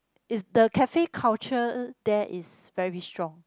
it's the cafe culture there is very strong